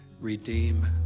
Redeem